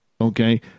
okay